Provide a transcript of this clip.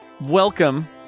welcome